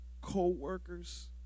co-workers